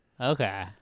Okay